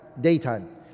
daytime